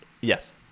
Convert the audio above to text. Yes